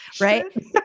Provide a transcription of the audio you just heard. right